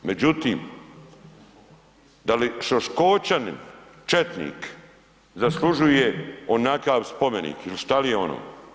Međutim, da li Šoškočanin četnik zaslužuje onakav spomenik ili šta li je ono?